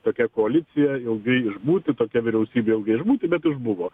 tokia koalicija ilgai išbūti tokia vyriausybė ilgai išbūti bet išbuvo